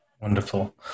wonderful